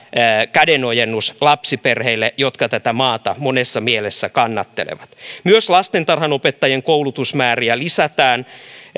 kädenojennus lapsiperheille jotka tätä maata monessa mielessä kannattelevat myös lastentarhanopettajien koulutusmääriä lisätään